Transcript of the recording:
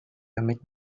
mit